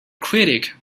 critic